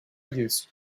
used